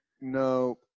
No